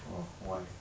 !wah! why